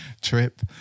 trip